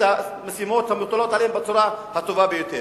המשימות המוטלות עליהן בצורה הטובה ביותר.